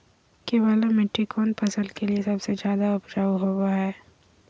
केबाल मिट्टी कौन फसल के लिए सबसे ज्यादा उपजाऊ होबो हय?